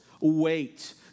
wait